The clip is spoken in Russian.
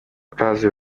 разве